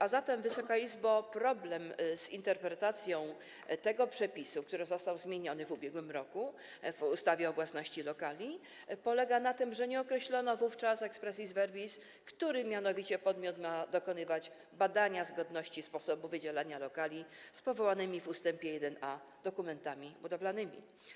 A zatem, Wysoka Izbo, problem z interpretacją tego przepisu, który został zmieniony w ubiegłym roku w ustawie o własności lokali, polega na tym, że nie określono wówczas expressis verbis, który podmiot ma dokonywać badania zgodności sposobu wydzielania lokali z wymienionymi w ust. 1a dokumentami budowlanymi.